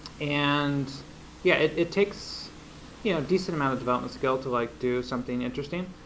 and yeah, it takes yeah decent amount of development skill to like do something interesting.